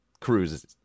cruises